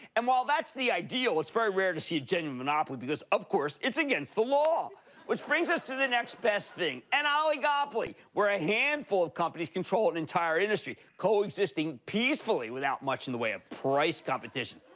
and while that's the ideal, it's very rare to see a genuine monopoly, because of course, it's against the law. audience laughing which brings us to the next best thing, an oligopoly, where a handful of companies control an entire industry, co-existing peacefully without much in the way of price competition.